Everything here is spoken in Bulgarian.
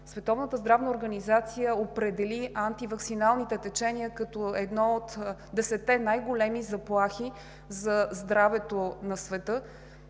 Световната здравна организация определи антиваксиналните течения като една от десетте най-големи заплахи за здравето на света,